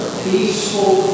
peaceful